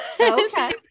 Okay